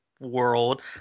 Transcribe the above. world